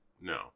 No